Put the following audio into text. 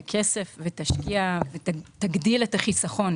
תיתן את הכסף ותגדיל את החיסכון,